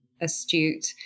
astute